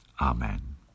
Amen